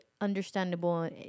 understandable